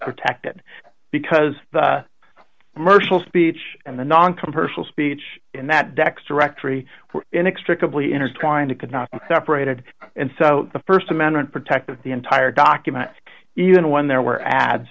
protected because the commercial speech and the noncommercial speech in that deck's directory were inextricably intertwined and could not separated and so the st amendment protected the entire document even when there were ads